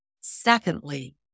Secondly